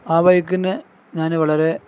ആ ബൈക്കിന് ഞാൻ വളരെ